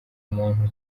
muntu